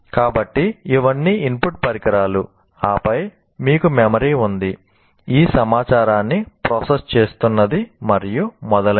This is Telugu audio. కాబట్టి ఇవన్నీ ఇన్పుట్ పరికరాలు ఆపై మీకు మెమరీ ఉంది ఈ సమాచారాన్ని ప్రాసెస్ చేస్తున్నది మరియు మొదలైనవి